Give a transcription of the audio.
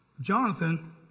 Jonathan